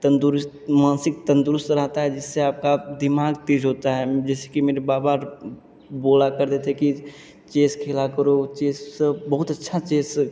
तंदुरुस्त मानसिक तंदुरुस्त रहता है जिससे आपका दिमाग़ तेज़ होता है जैसे कि मेरे बाबा बोला करते थे कि चेस खेला करो चेस बहुत अच्छा चेस